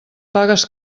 pagues